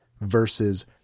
versus